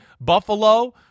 Buffalo